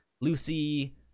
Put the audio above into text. lucy